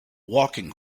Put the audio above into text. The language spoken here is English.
walking